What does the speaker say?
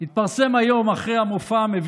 כשהם ילדים.